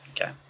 Okay